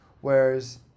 Whereas